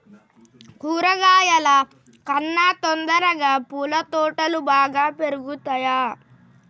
కూరగాయల కన్నా తొందరగా పూల తోటలు బాగా పెరుగుతయా?